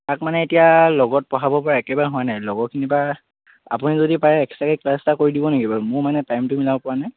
তাক মানে এতিয়া লগত পঢ়াব পৰা একেবাৰে হোৱা নাই লগৰখিনিৰ পৰা আপুনি যদি পাৰে এক্সট্ৰাকৈ ক্লাছ এটা কৰি দিবনি বাৰু মোৰ মানে টাইমটো মিলাব পৰা নাই